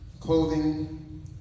clothing